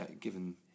Given